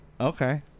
Okay